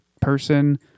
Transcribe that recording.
person